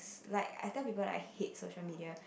like I tell people like I hate social media